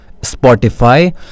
Spotify